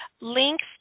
links